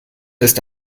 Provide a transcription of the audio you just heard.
ist